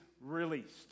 released